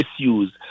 issues